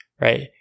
right